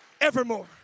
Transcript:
evermore